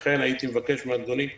לכן הייתי מבקש מאדוני היושב-ראש,